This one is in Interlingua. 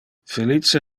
felice